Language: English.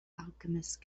alchemist